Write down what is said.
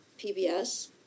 PBS